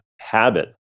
habit